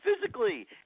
physically